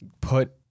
put